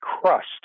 crust